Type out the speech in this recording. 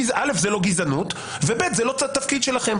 א', זה לא גזענות, ו-ב', זה לא התפקיד שלכם.